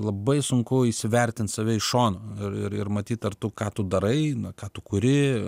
labai sunku įsivertint save iš šono ir ir ir matyt ar tu ką tu darai ką tu kuri